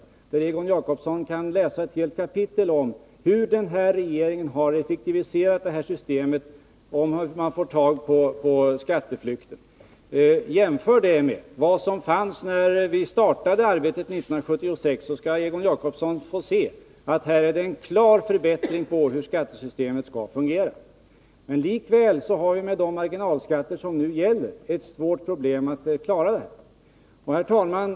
I propositionen kan Egon Jacobsson läsa ett helt kapitel om hur den nuvarande regeringen har effektiviserat systemet för att komma åt problemet med skatteflykten. Om Egon Jacobsson jämför detta med vad som fanns när vi startade det här arbetet 1976, så skall han finna att skattesystemet har klart förbättrats på den här punkten. Men med de marginalskatter som nu gäller har vi likväl ett svårt problem när det gäller att klara av det vi nu diskuterar. Herr talman!